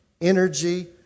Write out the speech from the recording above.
energy